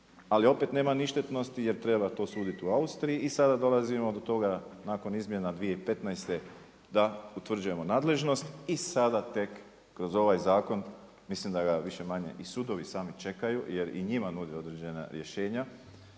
ali opet nema ništetnosti jer treba to suditi u Austriji i sada dolazimo do toga nakon izmjena 2015. da utvrđujemo nadležnost i sada tek kroz ovaj zakon mislim da ga više-manje i sudovi sami čekaju jer i njima nudi određena rješenja